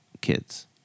kids